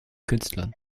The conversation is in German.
künstlern